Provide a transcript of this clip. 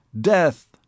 death